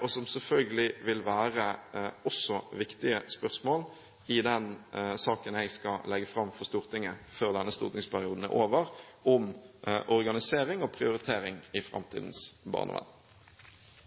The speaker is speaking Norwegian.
og som selvfølgelig også vil være viktige spørsmål i den saken jeg skal legge fram for Stortinget før denne stortingsperioden er over, om organisering og prioritering i framtidens barnevern.